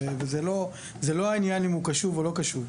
זה לא העניין אם הוא קשוב או לא קשוב.